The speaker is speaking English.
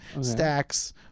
Stacks